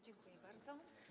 Dziękuję bardzo.